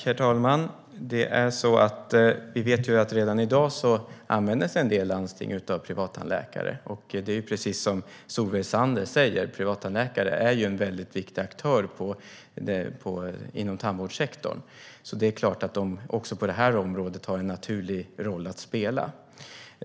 Herr talman! Vi vet ju att en del landsting redan i dag använder sig av privattandläkare. Det är precis som Solveig Zander säger så att privattandläkare är en väldigt viktig aktör inom tandvårdssektorn. Det är alltså klart att de även på det här området har en naturlig roll att spela.